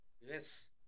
Yes